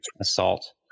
assault